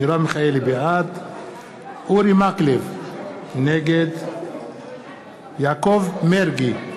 בעד אורי מקלב, נגד יעקב מרגי,